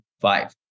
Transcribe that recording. five